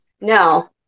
No